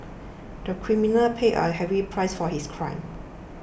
the criminal paid a heavy price for his crime